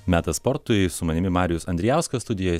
metas sportui su manimi marijus andrijauskas studijoje